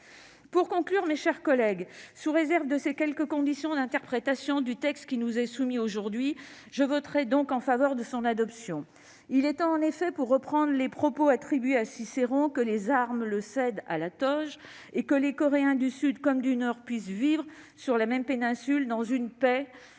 Pour conclure, sous réserve de ces quelques conditions d'interprétation du texte qui nous est soumis aujourd'hui, je voterai donc en faveur de son adoption. Il est en effet temps, pour reprendre les propos attribués à Cicéron, que les armes le cèdent à la toge et que les Coréens, du Sud comme du Nord, puissent vivre sur la même péninsule dans une paix